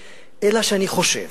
אלא שאני באמת חושב,